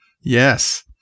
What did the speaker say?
Yes